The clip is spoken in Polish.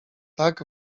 tak